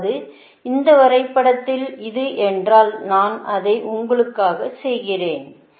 அதாவது இந்த வரைபடத்தில் இது என்றால் நான் அதை உங்களுக்காகச் செய்கிறேன்